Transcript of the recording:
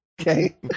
Okay